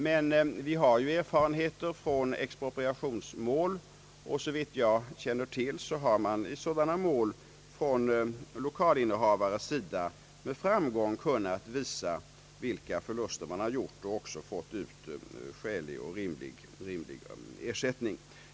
Men vi har erfarenheter från expropriationsmål, och såvitt jag känner till har i sådana mål lokalinnehavare med framgång kunnat visa vilka förluster de gjort, och de har också fått skälig ersättning.